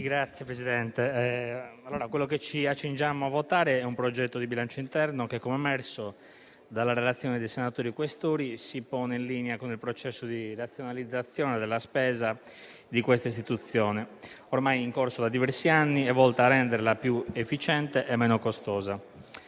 Signor Presidente, ciò che ci accingiamo a votare è un progetto di bilancio interno che - come emerso dalla relazione dei senatori Questori - si pone in linea con il processo di razionalizzazione della spesa di questa istituzione, ormai in corso da diversi anni e volto a renderla più efficiente e meno costosa;